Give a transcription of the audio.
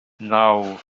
naw